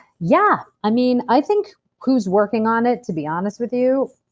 yeah. i mean i think who's working on it, to be honest with you,